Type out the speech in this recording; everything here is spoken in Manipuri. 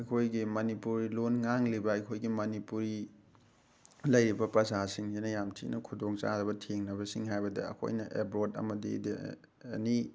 ꯑꯩꯈꯣꯏꯒꯤ ꯃꯅꯤꯄꯨꯔꯤ ꯂꯣꯟ ꯉꯥꯡꯂꯤꯕ ꯑꯩꯈꯣꯏꯒꯤ ꯃꯅꯤꯄꯨꯔꯤ ꯂꯩꯔꯤꯕ ꯄ꯭ꯔꯖꯥꯁꯤꯡꯁꯤꯅ ꯌꯥꯝ ꯊꯤꯅ ꯈꯨꯗꯣꯡꯆꯥꯗꯕ ꯊꯦꯡꯅꯕꯁꯤꯡ ꯍꯥꯏꯕꯗ ꯑꯩꯈꯣꯏꯅ ꯑꯦꯕ꯭ꯔꯣꯠ ꯑꯃꯗꯤ ꯑꯦꯅꯤ